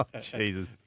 Jesus